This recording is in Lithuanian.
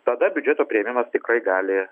tada biudžeto priėmimas tikrai gali